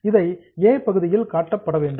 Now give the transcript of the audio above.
இதை ஏ பகுதியில் காட்ட வேண்டும்